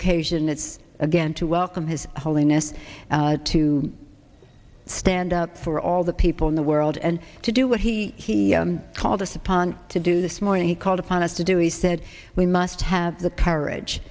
occasion it's again to welcome his holiness to stand up for all the people in the world and to do what he called us upon to do this morning he called upon us to do he said we must have the courage